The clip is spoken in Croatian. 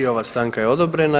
I ova stanka je odobrena.